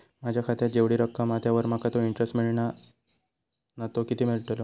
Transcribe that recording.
माझ्या खात्यात जेवढी रक्कम हा त्यावर माका तो इंटरेस्ट मिळता ना तो किती मिळतलो?